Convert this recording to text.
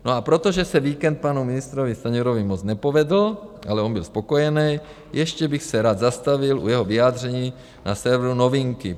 No a protože se víkend panu ministrovi Stanjurovi moc nepovedl, ale on byl spokojenej, ještě bych se rád zastavil u jeho vyjádření na serveru Novinky.